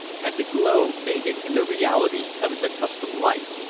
had the glow faded in the reality of his accustomed life?